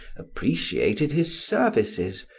appreciated his services,